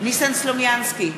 ניסן סלומינסקי,